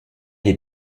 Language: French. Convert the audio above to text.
les